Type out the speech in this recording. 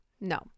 No